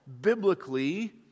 biblically